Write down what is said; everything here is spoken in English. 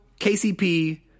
KCP